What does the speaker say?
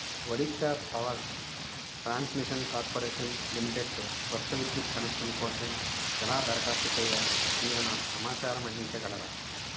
Odisha power transmission corporation లిమిటెడ్తో కొత్త విద్యుత్ కనెక్షన్ కోసం ఎలా దరఖాస్తు చేయాలో మీరు నాకు సమాచారం అందించగలరా